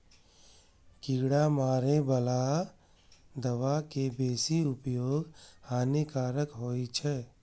कीड़ा मारै बला दवा के बेसी उपयोग हानिकारक होइ छै